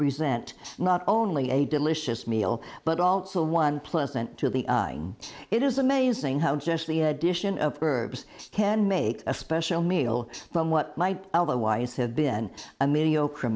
present not only a delicious meal but also one pleasant to the it is amazing how just the addition of herbs can make a special meal from what might otherwise have been a mediocre